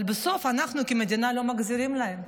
אבל בסוף אנחנו כמדינה לא מחזירים להם,